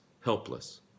helpless